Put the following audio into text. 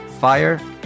fire